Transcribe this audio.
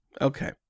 Okay